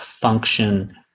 function